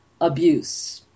abuse